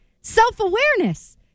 self-awareness